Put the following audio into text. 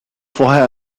vorher